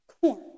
corn